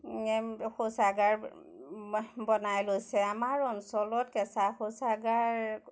এ শৌচাগাৰ বনাই লৈছে আমাৰ অঞ্চলত কেঁচা শৌচাগাৰ